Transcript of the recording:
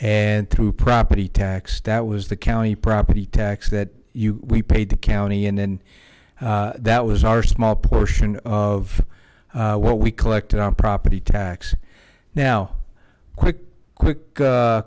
and through property tax that was the county property tax that you we paid the county and then that was our small portion of what we collected on property tax now quick quick